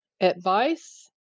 advice